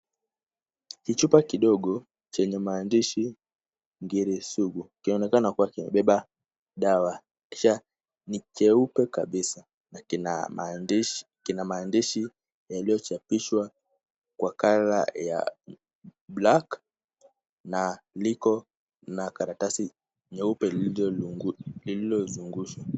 Kichupa kidogo chenye maandishi ngiri sugu ikionekana kuwa kimebeba dawa kisha ni cheupe kabisa na kina maandishi yaliyochapishwa kwa kala ya(cs)black(cs)na liko na karatasi nyeupe lililozungushwa.